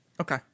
Okay